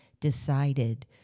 decided